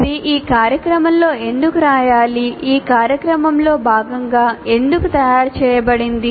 ఇది ఈ కార్యక్రమంలో ఎందుకు ఉండాలి ఈ కార్యక్రమంలో భాగంగా ఎందుకు తయారు చేయబడింది